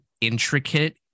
intricate